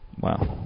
Wow